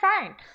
fine